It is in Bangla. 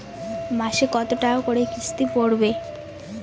মাসে কত টাকা করে কিস্তি পড়বে?